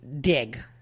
dig